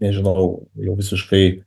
nežinau jau visiškai